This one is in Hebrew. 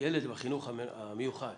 ילד בחינוך המיוחד,